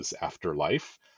afterlife